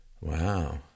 Wow